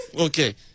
Okay